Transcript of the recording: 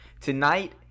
Tonight